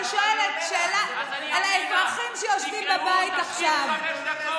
אני שואלת שאלה את האזרחים שיושבים בבית עכשיו.